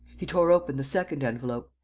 he tore open the second envelope.